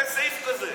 אין סעיף כזה.